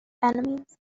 enemies